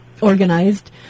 organized